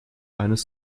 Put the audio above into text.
eines